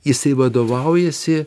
jisai vadovaujasi